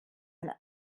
ein